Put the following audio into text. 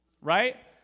Right